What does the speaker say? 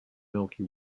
milky